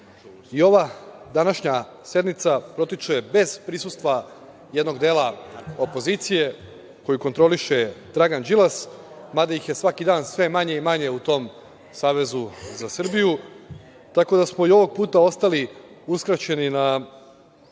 današnja sednica protiče bez prisustva jednog dela opozicije koju kontroliše Dragan Đilasa, mada ih je svaki dan sve manje i manje u tom Savezu za Srbiju, tako da smo i ovog puta ostali uskraćeni na,